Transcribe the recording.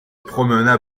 promena